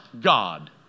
God